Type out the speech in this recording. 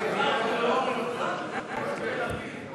סעיף 15,